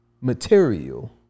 material